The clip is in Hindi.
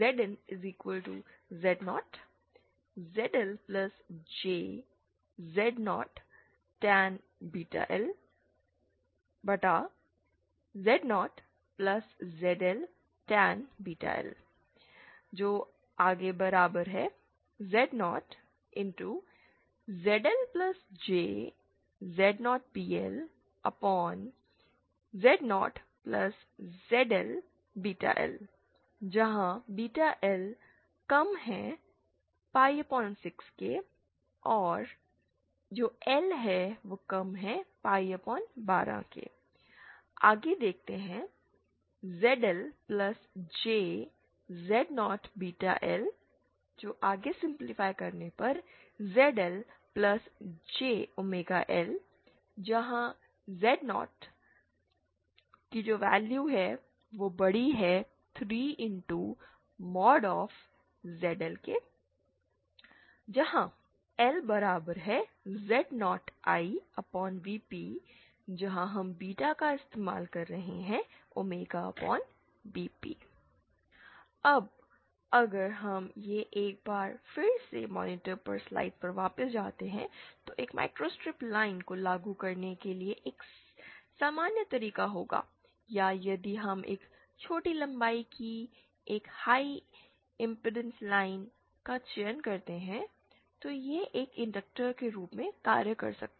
Zin Z0ZL j Z0 tan lZ0 ZL tan l Z0ZL j Z0 lZ0 ZL l for l 6or l 12 ZLjZ0l ZL jL for Z03 ZL Where LZ0Ivp using vp अब अगर हम एक बार फिर से मॉनिटर पर स्लाइड्स पर वापस जाते हैं तो एक माइक्रोस्ट्रिप लाइन को लागू करने का एक सामान्य तरीका होगा या यदि हम छोटी लंबाई की एक हाई इंपेडेंस लाइन का चयन करते हैं तो यह एक इंडक्टर के रूप में कार्य कर सकता है